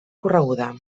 correguda